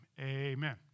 Amen